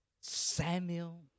Samuel